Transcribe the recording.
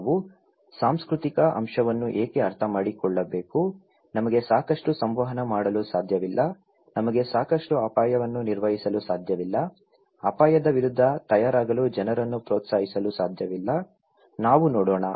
ನಾವು ಸಾಂಸ್ಕೃತಿಕ ಅಂಶವನ್ನು ಏಕೆ ಅರ್ಥಮಾಡಿಕೊಳ್ಳಬೇಕು ನಮಗೆ ಸಾಕಷ್ಟು ಸಂವಹನ ಮಾಡಲು ಸಾಧ್ಯವಿಲ್ಲ ನಮಗೆ ಸಾಕಷ್ಟು ಅಪಾಯವನ್ನು ನಿರ್ವಹಿಸಲು ಸಾಧ್ಯವಿಲ್ಲ ಅಪಾಯದ ವಿರುದ್ಧ ತಯಾರಾಗಲು ಜನರನ್ನು ಪ್ರೋತ್ಸಾಹಿಸಲು ಸಾಧ್ಯವಿಲ್ಲ ನಾವು ನೋಡೋಣ